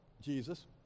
Jesus